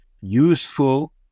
useful